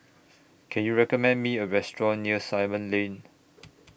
Can YOU recommend Me A Restaurant near Simon Lane